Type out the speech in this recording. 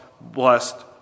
blessed